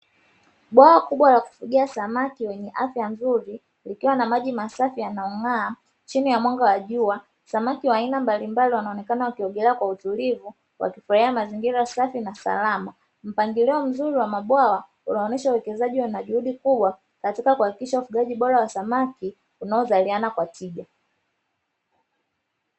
Bwawa kubwa la kufugia samaki wenye afya nzuri likiwa na maji masafi yanang'aa chini ya mwanga wa jua, samaki wa aina mbalimbali wanaonekana wakiongelea kwa utulivu wakifurahia mazingira safi na salama, mpangilio mzuri wa mabwawa unaonyesha wawekezaji wana juhudi kubwa katika kuhakikisha ufugaji bora wa samaki unaozaliana kwa tija.